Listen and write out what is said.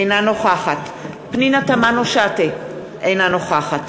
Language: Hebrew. אינה נוכחת פנינה תמנו-שטה, אינה נוכחת